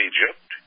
Egypt